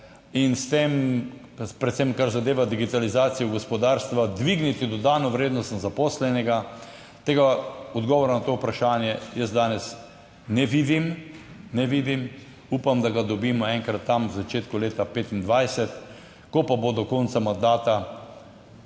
in s tem predvsem, kar zadeva digitalizacijo gospodarstva, dvigniti dodano vrednost na zaposlenega, tega odgovora na to vprašanje jaz danes ne vidim, ne vidim, upam, da ga dobimo enkrat tam v začetku leta 2025, ko pa bo do konca mandata